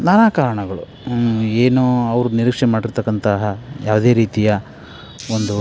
ನಾನಾ ಕಾರಣಗಳು ಏನೋ ಅವರು ನಿರೀಕ್ಷೆ ಮಾಡಿರತಕ್ಕಂತಹ ಯಾವುದೇ ರೀತಿಯ ಒಂದು